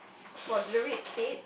for the red spade